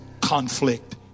conflict